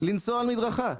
לנסוע על מדרכה.